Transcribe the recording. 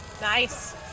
Nice